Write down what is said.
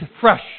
fresh